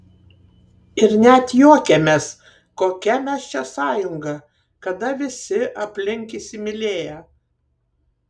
ir net juokėmės kokia mes čia sąjunga kada visi aplink įsimylėję